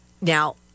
Now